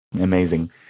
Amazing